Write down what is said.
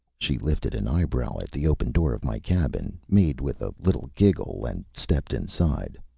she lifted an eyebrow at the open door of my cabin, made with a little giggle, and stepped inside.